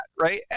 Right